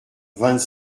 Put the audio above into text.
vingt